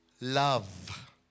love